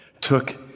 took